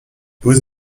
was